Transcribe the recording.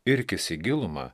irkis į gilumą